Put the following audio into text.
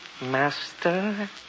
Master